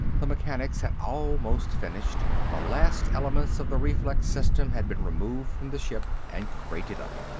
the mechanics had almost finished the last elements of the reflex system had been removed from the ship and crated up.